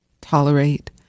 tolerate